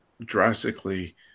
drastically